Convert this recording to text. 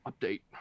update